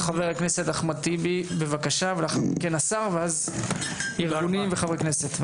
חבר הכנסת אחמד טיבי בבקשה ולאחר מכן השר ואז ארגונים וחבר כנסת,